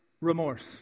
remorse